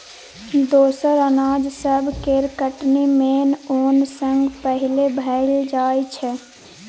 दोसर अनाज सब केर कटनी मेन ओन सँ पहिले भए जाइ छै